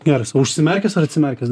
geras o užsimerkęs ar atsimerkęs